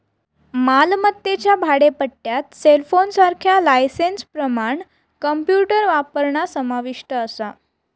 मालमत्तेच्या भाडेपट्ट्यात सेलफोनसारख्या लायसेंसप्रमाण कॉम्प्युटर वापरणा समाविष्ट असा